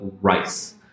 rice